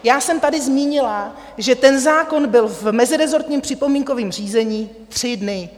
Já jsem tady zmínila, že ten zákon byl v mezirezortním připomínkovém řízení tři dny.